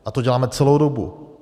A to děláme celou dobu.